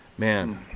Man